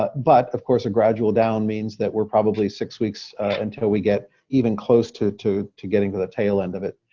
but but, of course, a gradual down means that we're probably six weeks until we get even close to to getting to the tail end of it.